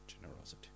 generosity